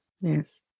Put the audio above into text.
yes